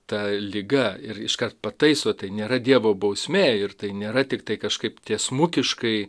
ta liga ir iškart pataiso tai nėra dievo bausmė ir tai nėra tiktai kažkaip tiesmukiškai